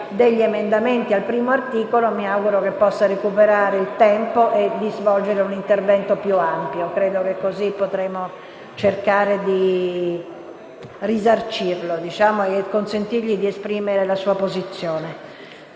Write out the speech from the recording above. degli emendamenti riguardanti il primo articolo, mi auguro possa recuperare il tempo con un intervento più ampio. Credo che così potremo cercare di "risarcirlo" e consentirgli di esprimere la sua posizione.